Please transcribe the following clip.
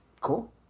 Cool